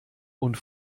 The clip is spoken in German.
und